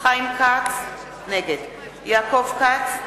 יעקב כץ,